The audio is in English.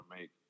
make